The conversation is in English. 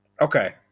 Okay